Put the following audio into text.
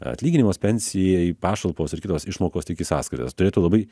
atlyginimas pensija pašalpos ir kitos išmokos tik į sąskaitas turėtų labai